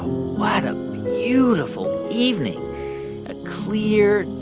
what a beautiful evening a clear,